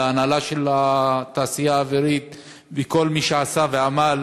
להנהלה של התעשייה האווירית ולכל מי שעשה ועמל